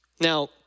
Now